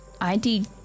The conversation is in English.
ID